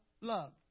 love